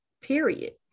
period